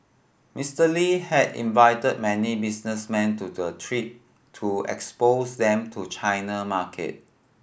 Mister Lee had invited many businessmen to the trip to expose them to China market